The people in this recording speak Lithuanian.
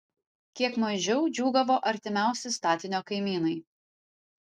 kiek mažiau džiūgavo artimiausi statinio kaimynai